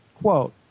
Quote